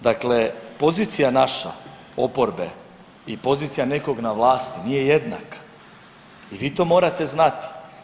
Dakle, pozicija naša oporbe i pozicija nekog na vlasti nije jednaka i vi to morate znati.